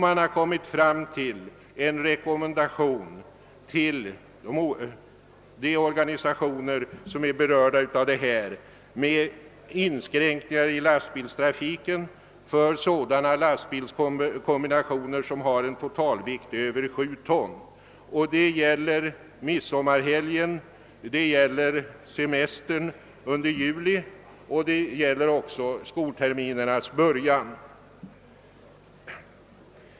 Man har kommit fram till en rekommendation till de organisationer som är berörda av inskränkningar i lastbilstrafiken för sådana lastbilskombinationer som har en totalvikt över sju ton. Denna inskränkning gäller midsommarhelgen, semestern under juli och även skolterminernas början.